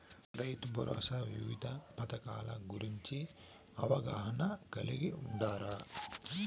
రైతుభరోసా వివిధ పథకాల గురించి అవగాహన కలిగి వుండారా?